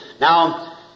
Now